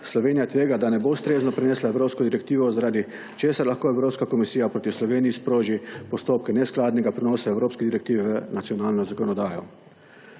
Slovenija tvega, da ne bo ustrezno prenesla evropsko direktivo, zaradi česar lahko Evropska komisija proti Sloveniji sproži postopke neskladnega prenosa evropske direktive v nacionalno zakonodajo.